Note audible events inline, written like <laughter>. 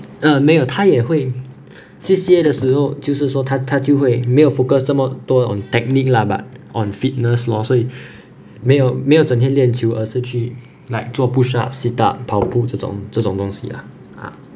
mm 没有它也会 C_C_A 的时候就是说它它就会没有 focus 这么多 on technique lah but on fitness lor 所以 <breath> 没有没有整天练球而是去 like 做 push up sit up 跑步这种这种东西啦 ah